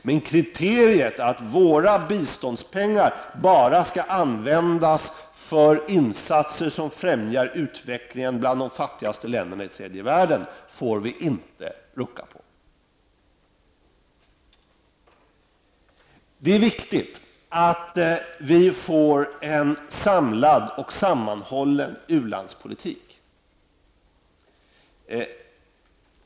Men kriteriet att våra biståndsmedel bara skall användas för insatser för att främja utvecklingen bland de fattigaste länderna i tredje världen får vi inte rucka på. Det är viktigt att vi får en samlad och sammanhållen u-landspolitik.